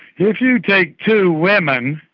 if you take two women,